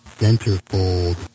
centerfold